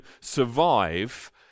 survive